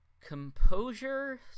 composure